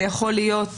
זה יכול להיות